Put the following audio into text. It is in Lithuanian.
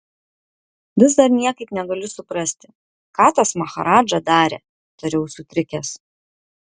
vis dar niekaip negaliu suprasti ką tas maharadža darė tariau sutrikęs